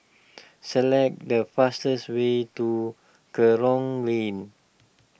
select the fastest way to Kerong rain